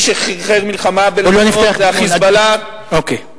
מי שחרחר מלחמה בלבנון זה ה"חיזבאללה",